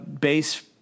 base